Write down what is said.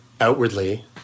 outwardly